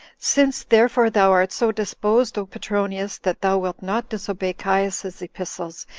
since, therefore, thou art so disposed, o petronius! that thou wilt not disobey caius's epistles,